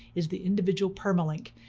is the individual permalink.